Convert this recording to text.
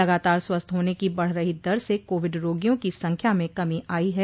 लगातार स्वस्थ होने की बढ रही दर से कोविड रोगियों की संख्या में कमी आई है